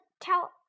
tell